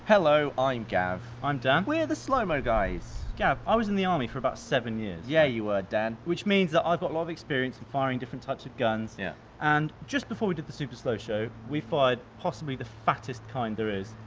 hello, i'm gav. i'm dan. we're the slow mo guys. gav, i was in the army for about seven years yeah, you were dan. which means that i've got a lot of experience in firing different types of guns, yeah and just before we did the super-slow show, we fired possibly the fattest kind there is.